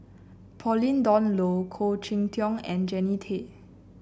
Pauline Dawn Loh Khoo Cheng Tiong and Jannie Tay